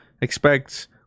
expect